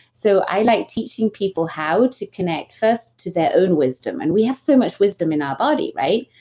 so, i like teaching people how to connect first to their own wisdom. and we have so much wisdom in our body, right?